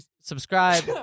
subscribe